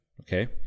okay